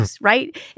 right